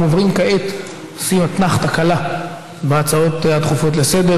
תודה, אדוני היושב-ראש.